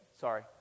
Sorry